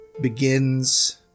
begins